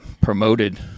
promoted